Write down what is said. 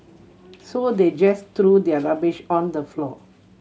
so they just threw their rubbish on the floor